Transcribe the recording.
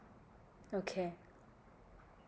okay